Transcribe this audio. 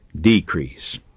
decrease